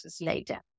later